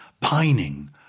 pining